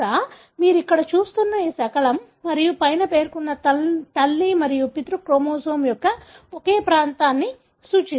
బహుశా మీరు ఇక్కడ చూస్తున్న ఈ శకలం మరియు పైన పేర్కొన్నది తల్లి మరియు పితృ క్రోమోజోమ్ యొక్క ఒకే ప్రాంతాన్ని సూచిస్తాయి